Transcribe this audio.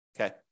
okay